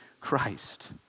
Christ